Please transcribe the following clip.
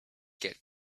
get